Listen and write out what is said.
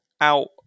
out